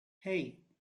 hey